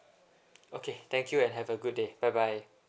okay thank you and have a good day bye bye